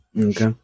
Okay